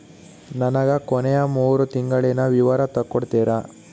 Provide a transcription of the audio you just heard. ನನಗ ಕೊನೆಯ ಮೂರು ತಿಂಗಳಿನ ವಿವರ ತಕ್ಕೊಡ್ತೇರಾ?